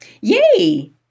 yay